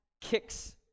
kicks